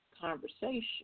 conversation